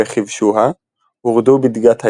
וכבשה; ורדו בדגת הים,